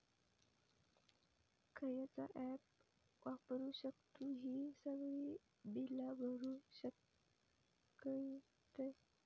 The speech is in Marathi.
खयचा ऍप वापरू शकतू ही सगळी बीला भरु शकतय?